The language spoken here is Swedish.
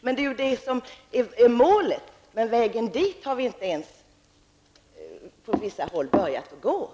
Men det är ju det som är målet, men vägen dit har man på vissa håll ännu inte börjat att gå.